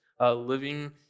living